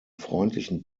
freundlichen